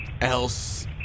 else